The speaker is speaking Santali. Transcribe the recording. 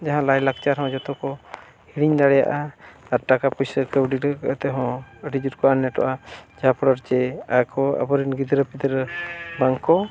ᱡᱟᱦᱟᱸ ᱞᱟᱭᱼᱞᱟᱠᱪᱟᱨ ᱦᱚᱸ ᱡᱚᱛᱚ ᱠᱚ ᱦᱤᱲᱤᱧ ᱫᱟᱲᱮᱭᱟᱜᱼᱟ ᱟᱨ ᱴᱟᱠᱟ ᱯᱩᱭᱥᱟ ᱠᱟᱹᱣᱰᱤ ᱰᱷᱮᱹᱨ ᱠᱟᱛᱮᱫ ᱦᱚᱸ ᱟᱹᱰᱤ ᱡᱳᱨ ᱠᱚ ᱟᱱᱟᱴᱚᱜᱼᱟ ᱪᱮ ᱟᱠᱚ ᱟᱵᱚ ᱨᱮᱱ ᱜᱤᱫᱽᱨᱟᱹ ᱯᱤᱫᱽᱨᱟᱹ ᱵᱟᱝ ᱠᱚ